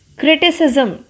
criticism